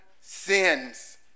sins